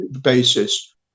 basis